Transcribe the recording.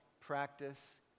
practice